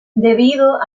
debido